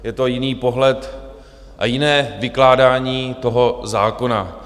Je to jiný pohled a jiné vykládání toho zákona.